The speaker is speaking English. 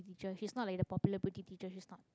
teacher she's not like the popular pretty teacher she's not